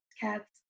cats